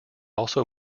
also